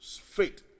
faith